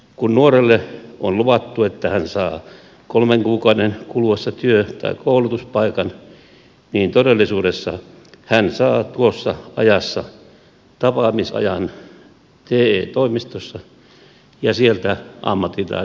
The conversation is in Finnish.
kun nuorelle on luvattu että hän saa kolmen kuukauden kuluessa työ tai koulutuspaikan niin todellisuudessa hän saa tuossa ajassa tapaamisajan te toimistossa ja sieltä ammattitaitoisen puhekaverin